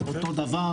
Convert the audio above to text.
אותו דבר,